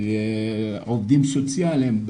עובדים סוציאליים,